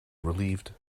relieved